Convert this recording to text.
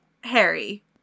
Harry